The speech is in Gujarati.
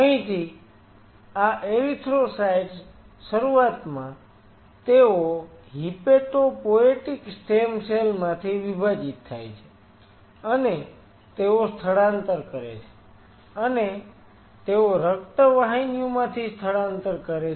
અહીંથી આ એરિથ્રોસાઈટ્સ શરૂઆતમાં તેઓ હિમેટોપોએટીક સ્ટેમ સેલ માંથી વિભાજીત થાય છે અને તેઓ સ્થળાંતર કરે છે અને તેઓ રક્ત વાહિનીઓમાંથી સ્થળાંતર કરે છે